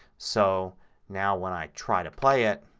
so now when i try to play it,